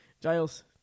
Giles